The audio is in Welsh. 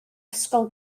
ysgol